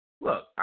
Look